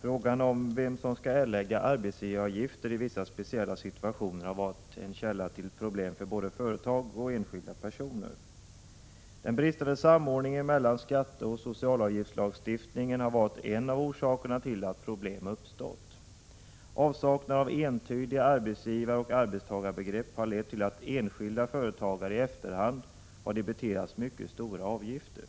Frågan om vem som skall erlägga arbetsgivaravgifter i vissa speciella situationer har varit en källa till problem för både företag och enskilda personer. Den bristande samordningen mellan skatteoch socialavgiftslagstiftningen har varit en av orsakerna till att problem uppstått. Avsaknaden av entydiga arbetsgivaroch arbetstagarbegrepp har lett till att enskilda företagare i efterhand har debiterats mycket stora avgifter.